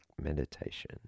Meditation